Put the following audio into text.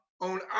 on